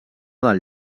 del